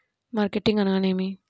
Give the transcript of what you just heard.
Marketing అనగానేమి?